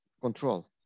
control